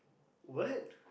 what